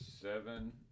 seven